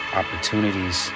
opportunities